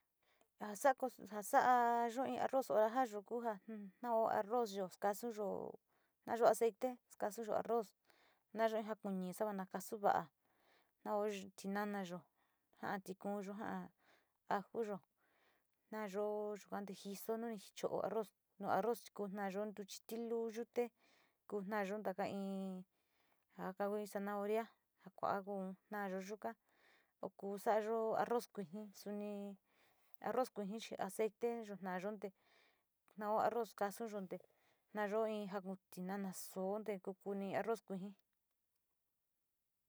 Ja sa´a, sa´ayo kuu ja arroz yo skasuyo taayo aceite skasuyo arroz naya jakuni sava na kasu va´a nao tinanoyo, ja´a tikuuyo, ja´a ajuyo taayo te yuate jiso ni cho´o arroz, nu arroz ku taayo ntuchi tileu yuyule ka taayo in zanahoria, ja kua kuun taayo yuka ar ku sa´ayo arroz kuiji, suni arroz kuiji, aceiteyo taayo tao arroz skasuyo te na yo in tinana soo te kuuni arroz kuiji.